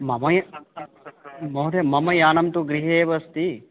मम य् महोदय मम यानं तु गृहे एव अस्ति